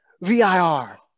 V-I-R